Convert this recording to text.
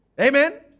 Amen